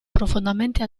profondamente